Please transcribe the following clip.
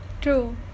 true